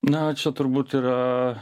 na čia turbūt yra